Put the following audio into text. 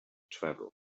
travel